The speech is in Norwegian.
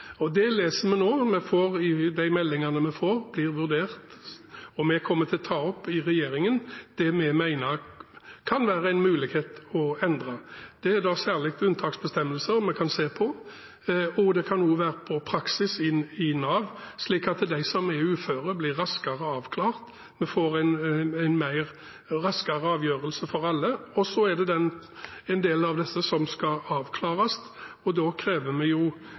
det. Det leser vi nå. De meldingene vi får, blir vurdert, og vi kommer til å ta opp i regjeringen det vi mener det kan være en mulighet til å endre. Det er da særlig unntaksbestemmelser vi kan se på, og det kan også gå på praksis i Nav, slik at de som er uføre, blir raskere avklart, at vi får en raskere avgjørelse for alle. For en del av disse som skal avklares, har vi